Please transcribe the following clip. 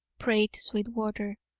prayed sweetwater.